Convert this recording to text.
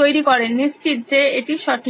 তৈরি করেন নিশ্চিত যে এটি সঠিক